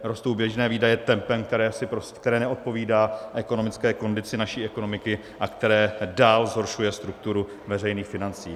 Rostou běžné výdaje tempem, které neodpovídá ekonomické kondici naší ekonomiky a které dál zhoršuje strukturu veřejných financí.